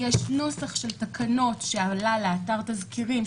יש נוסח של תקנות שעלה לאתר תזכירים,